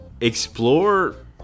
explore